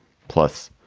plus,